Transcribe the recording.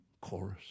chorus